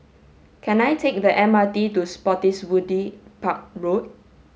can I take the M R T to Spottiswoode Park Road